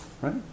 Right